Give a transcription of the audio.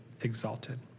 exalted